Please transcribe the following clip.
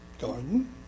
garden